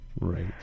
Right